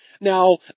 Now